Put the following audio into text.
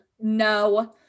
no